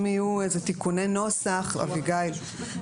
זה 15 חודשים.